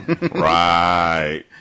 Right